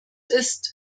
ist